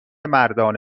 مردان